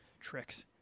Tricks